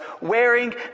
wearing